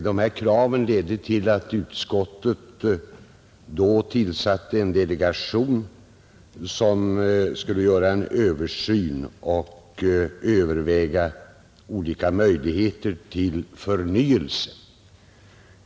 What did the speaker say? Dessa krav ledde till att utskottet då tillsatte en delegation som skulle göra en översyn och överväga olika möjligheter till förnyelse.